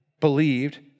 believed